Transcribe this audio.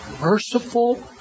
merciful